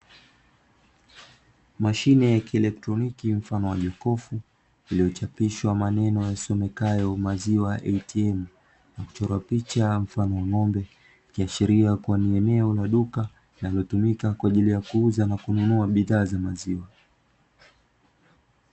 Mashine ya kielektroniki mfano wa jokofu iliyochapishwa maneno yasomekayo maziwa ATM. Na kuchorwa picha mfano wa ng’ombe ikiashiria kuwa ni eneo la duka, linalotumika kwa ajili ya kuuza na kununua bidhaa za maziwa.